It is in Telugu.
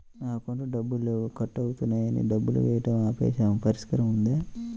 నా అకౌంట్లో డబ్బులు లేవు కట్ అవుతున్నాయని డబ్బులు వేయటం ఆపేసాము పరిష్కారం ఉందా?